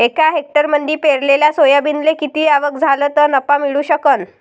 एका हेक्टरमंदी पेरलेल्या सोयाबीनले किती आवक झाली तं नफा मिळू शकन?